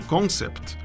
Concept